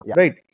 right